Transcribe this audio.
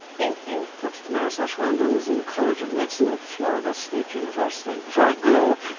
thank you. dr damaris aschwanden is in the college of medicine at florida state university. before i go,